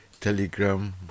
Telegram